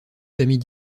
familles